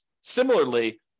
Similarly